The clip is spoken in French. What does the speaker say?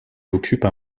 occupe